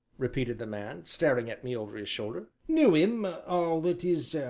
repeated the man, staring at me over his shoulder, knew him ah that is,